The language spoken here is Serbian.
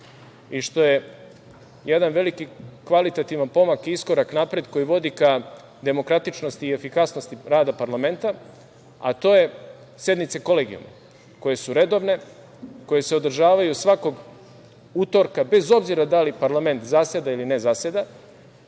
i što je jedan veliki kvalitativan pomak i iskorak napred koji vodi ka demokratičnosti i efikasnosti rada parlamenta, a to je sednice Kolegijuma, koje su redovne, koje se održavaju svakog utorka, bez obzira da li parlament zaseda ili ne zaseda.